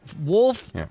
Wolf